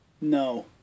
no